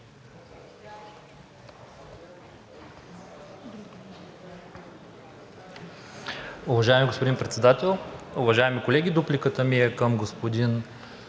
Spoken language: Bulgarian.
уважаеми колеги! Дупликата ми е към господин